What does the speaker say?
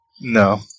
No